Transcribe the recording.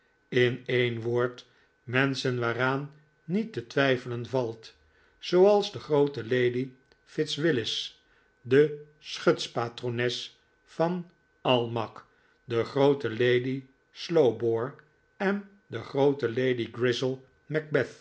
in een woord menschen waaraan niet te twijfelen valt zooals de groote lady fitzwillis de schutspatrones van almack de groote lady slowbore en de groote lady grizzel